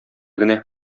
генә